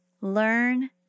learn